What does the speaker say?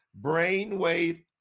brainwave